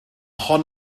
hon